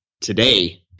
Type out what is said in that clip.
Today